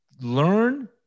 learn